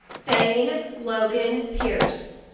thane logan pearce.